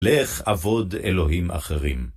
לך עבוד אלוהים אחרים